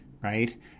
right